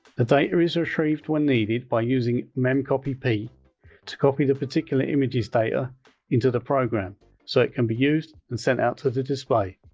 the data is retrieved when it's needed by using memcpy p to copy the particular images data into the program so it can be used and sent out to the display.